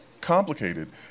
complicated